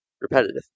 repetitive